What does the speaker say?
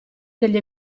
degli